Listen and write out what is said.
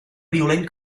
violent